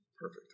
perfect